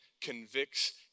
convicts